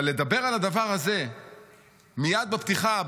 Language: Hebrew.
אבל לדבר על הדבר הזה מייד בפתיחה,